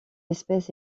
espèce